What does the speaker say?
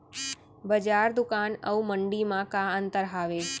बजार, दुकान अऊ मंडी मा का अंतर हावे?